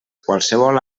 qualsevol